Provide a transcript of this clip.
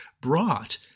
brought